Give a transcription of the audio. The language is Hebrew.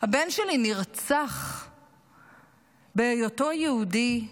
הבן שלי נרצח בהיותו יהודי,